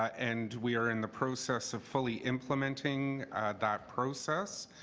and we're in the process of fully implementing that process.